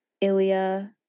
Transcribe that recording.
Ilya